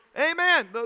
Amen